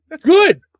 Good